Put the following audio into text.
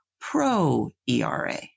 pro-ERA